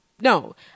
No